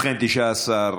אנחנו עוברים להצבעה.